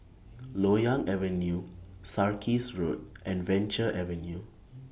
Loyang Avenue Sarkies Road and Venture Avenue